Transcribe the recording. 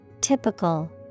typical